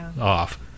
off